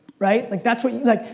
right? like, that' what you, like,